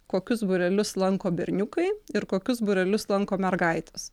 kokius būrelius lanko berniukai ir kokius būrelius lanko mergaitės